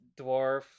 dwarf